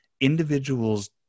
individuals